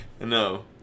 No